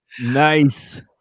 Nice